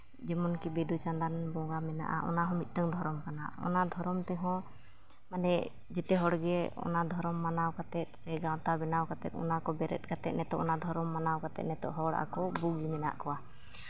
ᱡᱮᱢᱚᱱ ᱠᱤ ᱵᱤᱸᱫᱤᱼᱪᱟᱸᱫᱟᱱ ᱵᱚᱸᱜᱟ ᱢᱮᱱᱟᱜᱼᱟ ᱚᱱᱟ ᱦᱚᱸ ᱢᱤᱫᱴᱮᱱ ᱫᱷᱚᱨᱚᱢ ᱠᱟᱱᱟ ᱚᱱᱟ ᱫᱷᱚᱨᱚᱢ ᱛᱮᱦᱚᱸ ᱡᱚᱛᱚ ᱦᱚᱲᱜᱮ ᱚᱱᱟ ᱫᱷᱚᱨᱚᱢ ᱢᱟᱱᱟᱣ ᱠᱟᱛᱮᱫ ᱥᱮ ᱜᱟᱶᱛᱟ ᱵᱮᱱᱟᱣ ᱠᱟᱛᱮᱫ ᱚᱱᱟ ᱠᱚ ᱵᱮᱨᱮᱫ ᱠᱟᱛᱮᱫ ᱱᱤᱛᱚᱝ ᱚᱱᱟ ᱫᱷᱚᱨᱚᱢ ᱢᱟᱱᱟᱣ ᱠᱟᱛᱮᱫ ᱱᱤᱛᱚᱜ ᱦᱚᱲ ᱟᱠᱚ ᱵᱩᱜᱤ ᱢᱮᱱᱟᱜ ᱠᱚᱣᱟ